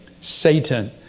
Satan